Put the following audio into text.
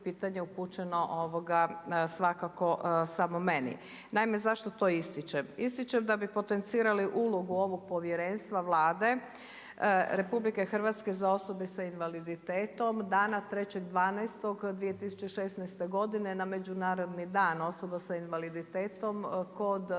pitanje upućeno, svakako samo meni. Naime, zašto to ističem? Ističem da bi potencirali ulogu ovog povjerenstva Vlade RH za osobe sa invaliditetom, dana 03. 12. 2016. godine na Međunarodni dan osoba s invaliditetom kod prijema,